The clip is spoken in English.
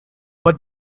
but